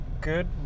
good